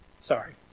Sorry